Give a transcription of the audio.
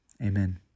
amen